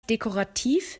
dekorativ